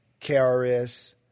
KRS